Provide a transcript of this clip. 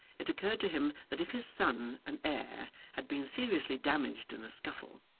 it occurred to him that if his son and heir had been seriously damaged in a scuffle,